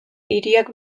hiriak